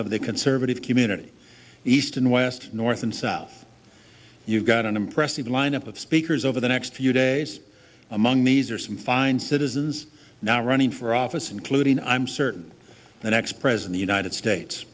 of the conservative community east and west north and south you've got an impressive lineup of speakers over the next few days among these are some fine citizens now running for office including i'm certain the next prez in the united states